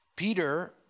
Peter